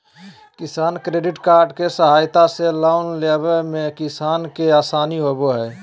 किसान credit card के सहायता से लोन लेवय मे किसान के आसानी होबय हय